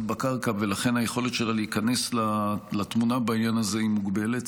בקרקע ולכן היכולת שלה להיכנס לתמונה בעניין הזה היא מוגבלת.